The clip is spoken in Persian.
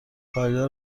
کایلا